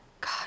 God